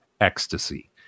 ecstasy